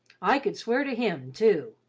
i could swear to him, too.